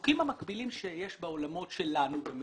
בחוקים המקבילים שיש בעולמות "שלנו"